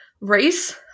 Race